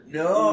no